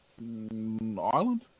Island